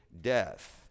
death